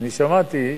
אני שמעתי,